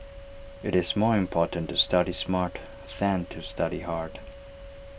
IT is more important to study smart than to study hard